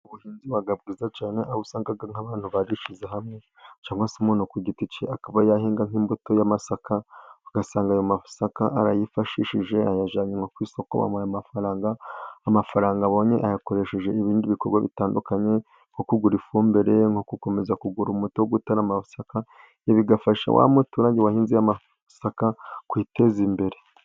Ubuhinzi buba bwiza cyane ,aho usanga nk'abantu barishyize hamwe cyangwa, se nk'umuntu ku giti cye akaba yahinga nk'imbuto y'amasaka ,ugasanga ayo masaka arayifashishije ayajyanye nko ku isoko ,bamuhaye amafaranga, amafaranga abonye ayakoresheje ibindi bikorwa bitandukanye ,nko kugura ifumbire ye ,nko gukomeza kugura umuti wo gutera amasaka, bigafasha wa muturage wahinze amasaka kwiteza imbere.